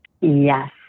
Yes